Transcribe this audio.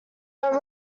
are